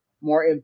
more